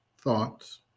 thoughts